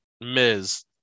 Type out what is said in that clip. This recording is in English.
Miz